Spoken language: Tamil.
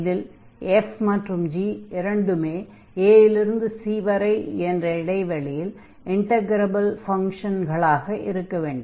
இதில் f மற்றும் g இரண்டுமே a இல் இருந்து c வரை ∀c a என்ற இடைவளியில் இன்டக்ரபில் ஃபங்ஷன்கள் ஆக இருக்க வேண்டும்